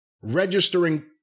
registering